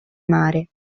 mare